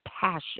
passion